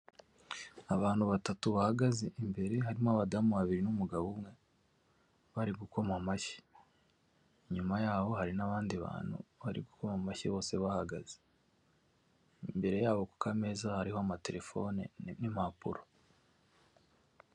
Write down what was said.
Abantu batatu bahagaze imbere harimo abadamu babiri n'umugabo umwe bari gukoma amashyi, inyuma yabo hari n'abandi bantu barimo gukoma amashyi bose bahaga, imbere yabo ku kameza hariho amatelefone n'impapuro.